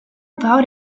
about